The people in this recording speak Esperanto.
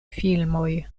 filmoj